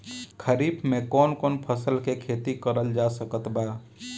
खरीफ मे कौन कौन फसल के खेती करल जा सकत बा?